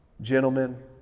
Gentlemen